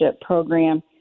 program